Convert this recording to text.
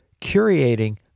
curating